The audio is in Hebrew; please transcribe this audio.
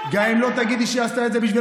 גם אם לא תגידי שהיא עשתה את זה בשביל